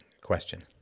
question